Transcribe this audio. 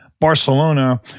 Barcelona